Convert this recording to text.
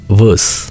verse